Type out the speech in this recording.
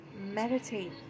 meditate